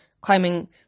climbing